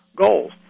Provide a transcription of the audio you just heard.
goals